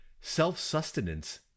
Self-sustenance